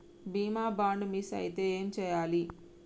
బీమా bond miss అయితే ఏం చేయాలి?